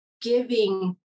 giving